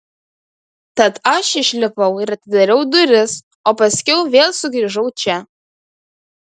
tad aš išlipau ir atidariau duris o paskiau vėl sugrįžau čia